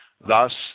thus